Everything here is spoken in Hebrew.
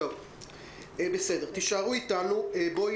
אבי